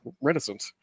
reticent